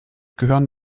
gehören